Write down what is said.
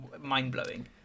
mind-blowing